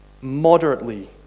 moderately